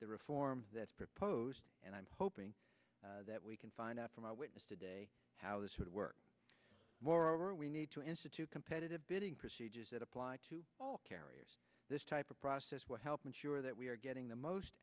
the reform that's proposed and i'm hoping that we can find out from our witness today how this would work moreover we need to institute competitive bidding procedures that apply to all carriers this type of process will help ensure that we are getting the most